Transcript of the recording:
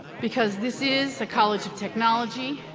because this is a college of technology.